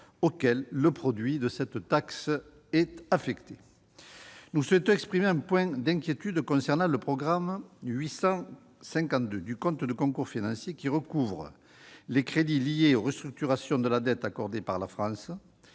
auquel le produit de cette taxe est affecté. Nous avons un motif d'inquiétude concernant le programme 852 du compte de concours financiers, qui recouvre les crédits liés aux restructurations de dettes accordées par la France.